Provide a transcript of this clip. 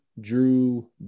Drew